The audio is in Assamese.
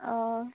অঁ